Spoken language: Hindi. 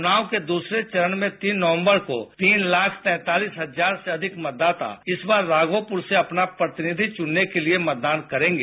चुनाव के दूसरे चरण में तीन नवंबर को तीन लाख तैंतालिस हजार से अधिक मतदाता इस बार राघोपुर से अपना प्रतिनिधि चुनने के लिए मतदान करेंगे